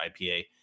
IPA